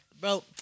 bro